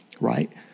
right